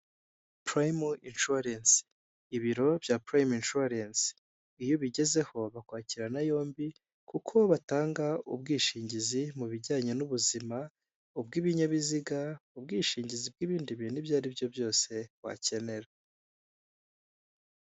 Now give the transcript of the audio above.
Purayime inshuwarensi, ibiro bya Purayime inshuwarensi, iyo ubigezeho bakwakirana yombi kuko batanga ubwishingizi mu bijyanye n'ubuzima, ubw'ibinyabiziga, ubwishingizi bw'ibindi bintu ibyo ari byo byose wakenera.